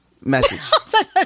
message